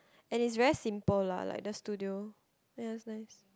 and it's very simple lah like the studio it was nice